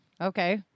Okay